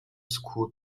school